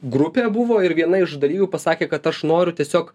grupė buvo ir viena iš dalyvių pasakė kad aš noriu tiesiog